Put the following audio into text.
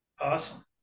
Awesome